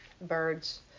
birds